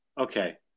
Okay